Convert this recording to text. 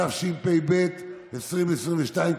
התשפ"ב 2022,